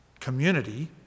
Community